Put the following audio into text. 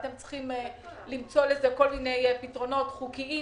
אתם צריכים למצוא לזה כל מיני פתרונות חוקיים,